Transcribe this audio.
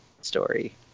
story